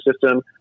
system